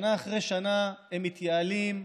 שנה אחרי שנה הם מתייעלים,